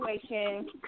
situation